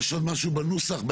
יש עוד משהו במהות,